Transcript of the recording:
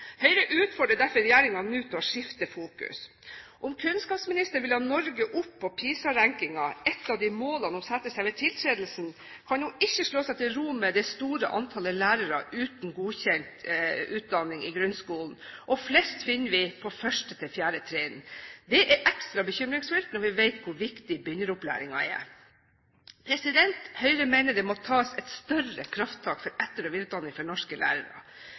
Høyre utfordrer nå derfor regjeringen til å skifte fokus. Om kunnskapsministeren vil ha Norge opp på PISA-rankingen, ett av målene man satte seg ved tiltredelsen, kan hun ikke slå seg til ro med det store antallet lærere i grunnskolen uten godkjent utdanning, og flest finner vi på 1.–4. trinn. Det er ekstra bekymringsfullt når vi vet hvor viktig begynneropplæringen er. Høyre mener det må tas et større krafttak for etter- og videreutdanning for norske lærere.